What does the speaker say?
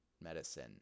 medicine